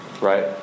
Right